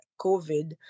COVID